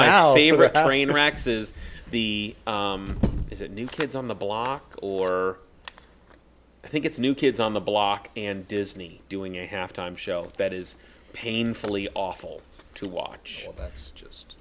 is the is it new kids on the block or i think it's new kids on the block and disney doing a halftime show that is painfully awful to watch but it's just